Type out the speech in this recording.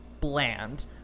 bland